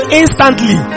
instantly